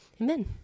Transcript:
Amen